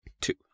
Two